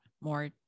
more